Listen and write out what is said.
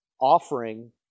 offering